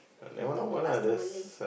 can talk to us through Malay